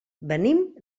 venim